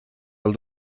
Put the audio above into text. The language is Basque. ahal